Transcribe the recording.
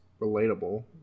relatable